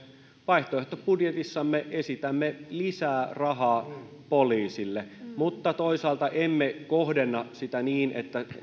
vaihtoehtobudjetissamme esitämme lisää rahaa poliisille mutta toisaalta emme kohdenna sitä niin että